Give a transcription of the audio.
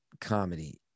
comedy